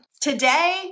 Today